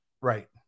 Right